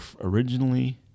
originally